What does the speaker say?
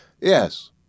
Yes